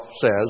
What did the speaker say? says